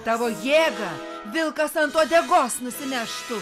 tavo jėga vilkas ant uodegos nusineštų